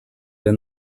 the